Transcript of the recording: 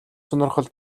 сонирхол